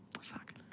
Fuck